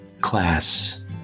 class